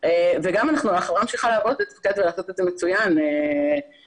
גם החברה ממשיך לעבוד ולתפקד ולעשות את זה מצוין על